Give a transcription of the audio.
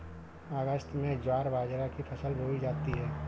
अगस्त में ज्वार बाजरा की फसल बोई जाती हैं